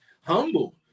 humble